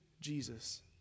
Jesus